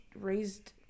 raised